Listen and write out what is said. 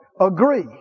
agree